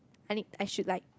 I need I should like